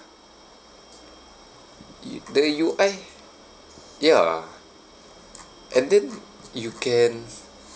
U the U_I ya and then you can